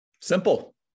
Simple